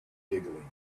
giggling